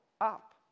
up